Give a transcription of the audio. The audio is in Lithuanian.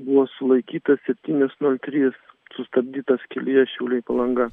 buvo sulaikytas septynios nol trys sustabdytas kelyje šiauliai palanga